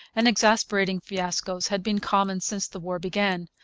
and exasperating fiascos had been common since the war began.